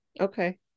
Okay